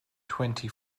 twenty